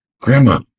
grandma